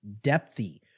depthy